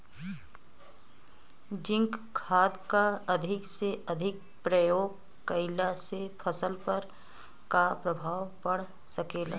Zinc खाद क अधिक से अधिक प्रयोग कइला से फसल पर का प्रभाव पड़ सकेला?